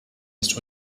ist